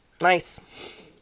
nice